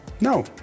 No